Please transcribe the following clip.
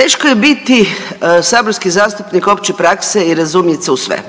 Teško je biti saborski zastupnik opće prakse i razumjeti se